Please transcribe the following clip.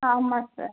ஆமாம் சார்